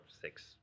six